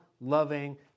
loving